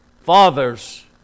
fathers